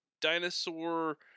dinosaur